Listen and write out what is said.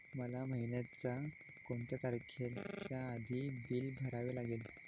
मला महिन्याचा कोणत्या तारखेच्या आधी बिल भरावे लागेल?